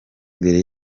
imbere